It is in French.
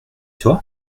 toi